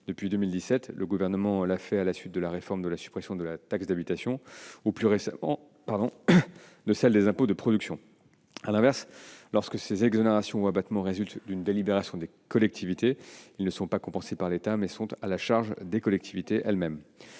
Depuis 2017, le Gouvernement l'a fait à la suite de la réforme de la suppression de la taxe d'habitation ou, plus récemment, de celle des impôts de production. À l'inverse, lorsque ces exonérations ou abattements résultent d'une délibération des collectivités, ils ne sont pas compensés par l'État, mais sont à la charge des collectivités elles-mêmes.